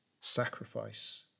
sacrifice